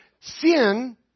sin